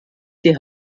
die